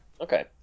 okay